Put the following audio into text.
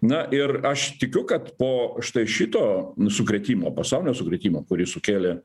na ir aš tikiu kad po štai šito sukrėtimo pasaulinio sukrėtimo kurį sukėlė